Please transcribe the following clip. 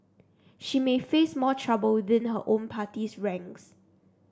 she may face more trouble within her own party's ranks